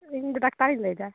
ᱤᱧ ᱫᱚ ᱰᱟᱠᱛᱟᱨᱤᱧ ᱞᱟᱹᱭ ᱮᱫᱟ